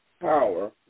power